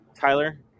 Tyler